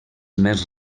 més